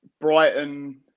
Brighton